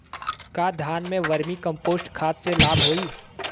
का धान में वर्मी कंपोस्ट खाद से लाभ होई?